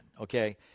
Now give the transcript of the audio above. okay